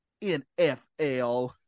NFL